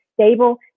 stable